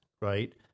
right